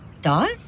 Dot